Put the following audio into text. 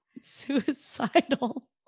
suicidal